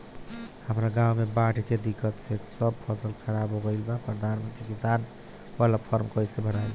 हमरा गांव मे बॉढ़ के दिक्कत से सब फसल खराब हो गईल प्रधानमंत्री किसान बाला फर्म कैसे भड़ाई?